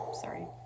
Sorry